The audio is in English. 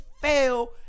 fail